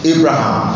Abraham